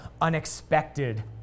unexpected